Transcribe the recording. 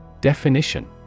Definition